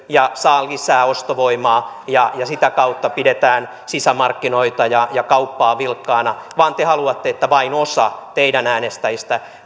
ja saisivat lisää ostovoimaa ja sitä kautta pidettäisiin sisämarkkinoita ja ja kauppaa vilkkaana vaan te haluatte että vain osa teidän äänestäjistänne